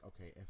okay